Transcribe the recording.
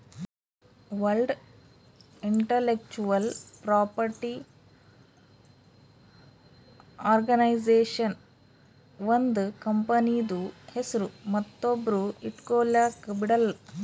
world intellectual property organization ಒಂದ್ ಕಂಪನಿದು ಹೆಸ್ರು ಮತ್ತೊಬ್ರು ಇಟ್ಗೊಲಕ್ ಬಿಡಲ್ಲ